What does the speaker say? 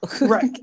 right